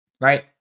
right